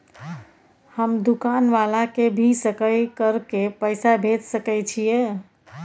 हम दुकान वाला के भी सकय कर के पैसा भेज सके छीयै?